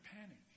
panic